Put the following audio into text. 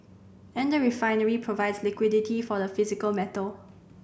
and a refinery provides liquidity for the physical metal